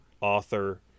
author